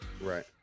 Right